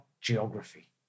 geography